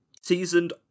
seasoned